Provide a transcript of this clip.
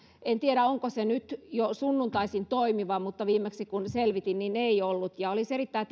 en tiedä onko se nyt jo sunnuntaisin toimiva mutta kun viimeksi selvitin niin ei ollut ja olisi erittäin